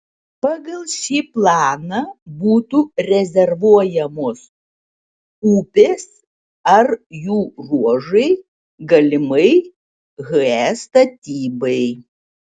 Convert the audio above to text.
pagal šį planą būtų rezervuojamos upės ar jų ruožai galimai he statybai